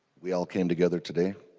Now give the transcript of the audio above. we all came together today